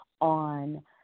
on